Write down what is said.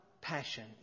passion